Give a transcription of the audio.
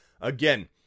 again